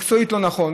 שמקצועית הוא לא נכון,